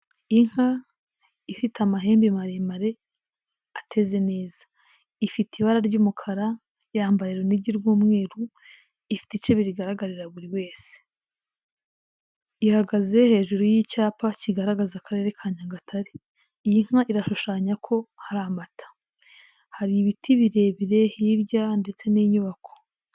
Inka ifite amahembe maremare ateze neza, ifite ibara ry'umukara, yambaye urunigi rw'umweru igaraga buri wese, ihagaze hejuru y'icyapa kigaragaza Akarere ka Nyagatare, iyi nka irashushanya ko hari amata, hari ibiti birebire hirya ndetse n'inyubako.